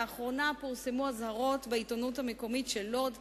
לאחרונה פורסמו אזהרות בעיתונות המקומית של לוד,